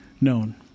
known